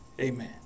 amen